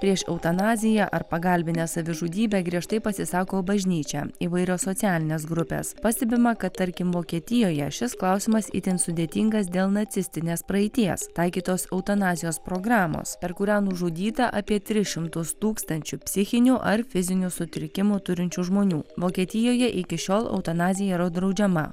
prieš eutanaziją ar pagalbinę savižudybę griežtai pasisako bažnyčia įvairios socialinės grupės pastebima kad tarkim vokietijoje šis klausimas itin sudėtingas dėl nacistinės praeities taikytos eutanazijos programos per kurią nužudyta apie tris šimtus tūkstančių psichinių ar fizinių sutrikimų turinčių žmonių vokietijoje iki šiol eutanazija yra draudžiama